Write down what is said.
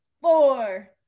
four